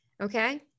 Okay